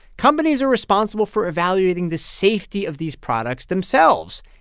companies are responsible for evaluating the safety of these products themselves,